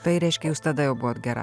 tai reiškia jūs tada jau buvot gera